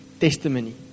testimony